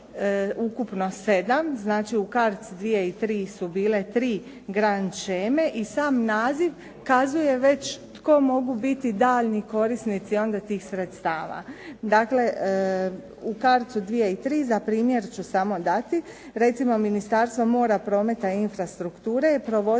u CARDS 2003 su bile tri grand sheme i sam naziv kazuje već tko mogu biti daljnji korisnici onda tih sredstava. Dakle, u CARDS-u 2003 za primjer ću samo dati, recimo Ministarstvo mora, prometa i infrastrukture je provodilo